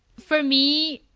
for me,